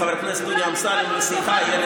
כולם שליחי ציבור